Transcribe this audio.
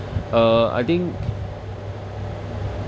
uh I think